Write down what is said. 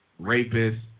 Rapists